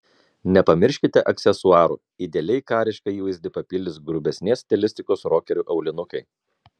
nepamirškite aksesuarų idealiai karišką įvaizdį papildys grubesnės stilistikos rokerių aulinukai